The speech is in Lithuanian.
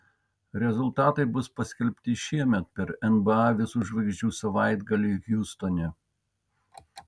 rezultatai bus paskelbti šiemet per nba visų žvaigždžių savaitgalį hjustone